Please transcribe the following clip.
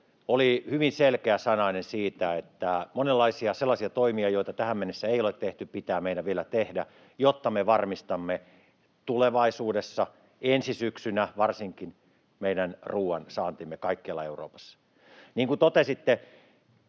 oli hyvin selkeäsanainen siitä, että monenlaisia sellaisia toimia, joita tähän mennessä ei ole tehty, pitää meidän vielä tehdä, jotta me varmistamme tulevaisuudessa, ensi syksynä varsinkin, meidän ruoansaantimme kaikkialla Euroopassa. Niin kuin totesitte,